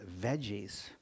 veggies